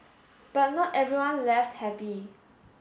but not everyone left happy